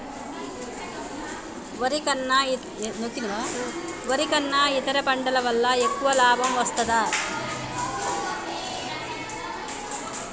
వరి కన్నా ఇతర పంటల వల్ల ఎక్కువ లాభం వస్తదా?